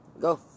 Go